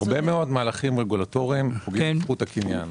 הרבה מאוד מהלכים רגולטוריים פוגעים בזכות הקניין.